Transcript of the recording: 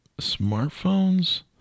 smartphones